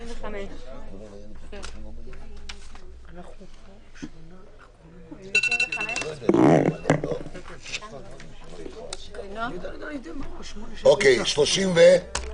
הסתייגות מס' 15. מי